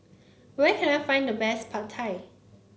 where can I find the best Pad Thai